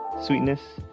sweetness